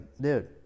dude